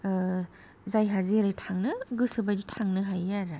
जायहा जेरै थांनो गोसोबादि थांनो हायो आरो